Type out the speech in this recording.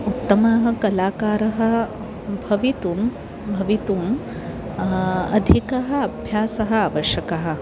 उत्तमाः कलाकारः भवितुं भवितुम् अधिकः अभ्यासः आवश्यकः